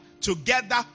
together